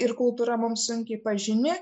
ir kultūra mums sunkiai pažini